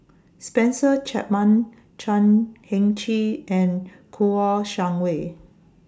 Spencer Chapman Chan Heng Chee and Kouo Shang Wei